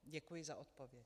Děkuji za odpověď.